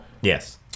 Yes